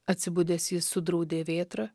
atsibudęs jis sudraudė vėtrą